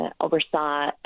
oversaw